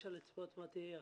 אי-אפשר לצפות מה תהיה ההחלטה,